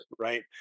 right